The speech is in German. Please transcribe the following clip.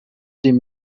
dem